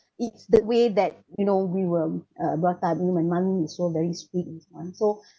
it's the way that you know we were uh brought up you know my mom is so very sweet this [one] so